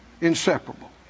inseparable